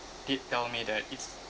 did tell me that it's